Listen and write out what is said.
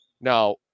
Now